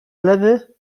lewy